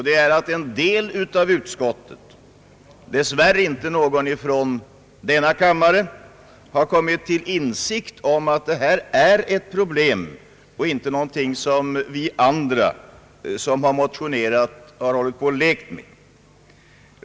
Det är att en del av utskottsledamöterna — dess värre inte någon ifrån denna kammare — har kommit till insikt om att detta är ett problem och inte någonting som vi motionärer bara har hållit på och lekt med.